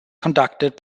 conducted